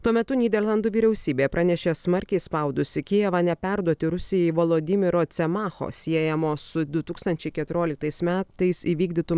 tuo metu nyderlandų vyriausybė pranešė smarkiai spaudusi kijevą neperduoti rusijai valodimiro cemacho siejamo su du tūkstančiai keturioliktais metais įvykdytu